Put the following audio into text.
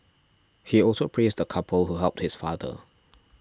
he also praised the couple who helped his father